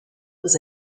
was